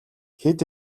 хэд